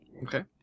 Okay